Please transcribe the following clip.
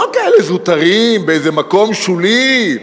לא כאלה זוטרים, באיזה מקום שולי: